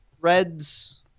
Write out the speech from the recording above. reds